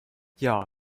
yeah